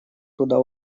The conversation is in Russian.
туда